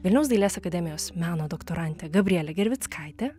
vilniaus dailės akademijos meno doktorantė gabrielė gervickaitė